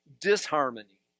disharmony